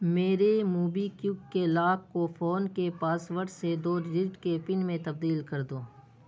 میرے موبی کیوک کے لاک کو فون کے پاس ورڈ سے دو ڈیجٹ کے پن میں تبدیل کر دو